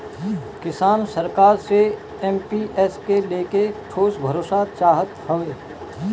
किसान सरकार से एम.पी.एस के लेके ठोस भरोसा चाहत हवे